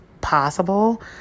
possible